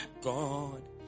God